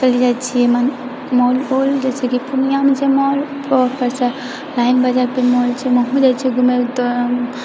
चली जाइ छियै मॉल ऑल जैसेकी पूर्णियामे छै मॉल ओपरसँ लाइन बाजार पर मॉल छै